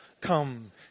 come